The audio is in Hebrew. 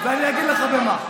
ואני אגיד לך במה.